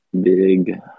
big